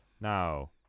now